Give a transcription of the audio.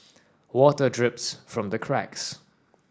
water drips from the cracks